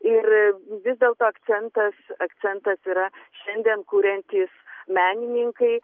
ir vis dėlto akcentas akcentas yra šiandien kuriantys menininkai